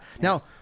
Now